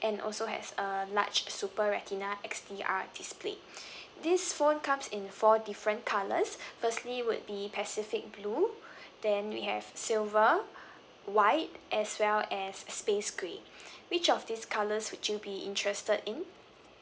and also has a large super retina X_D_R display this phone comes in four different colours firstly would be pacific blue then we have silver white as well as space grey which of these colours would you be interested in